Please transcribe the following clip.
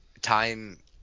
time